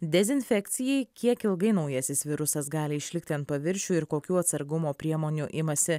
dezinfekcijai kiek ilgai naujasis virusas gali išlikti ant paviršių ir kokių atsargumo priemonių imasi